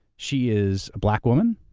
she is a black women,